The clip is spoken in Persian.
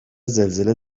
زلزله